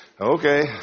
Okay